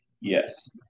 Yes